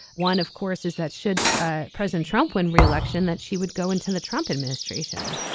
one of course is that should president trump win re-election that she would go into the trump administration.